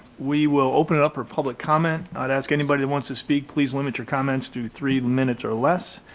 we will open it up for public comment. i'd ask anybody who wants to speak please limit your comments to three minutes or less.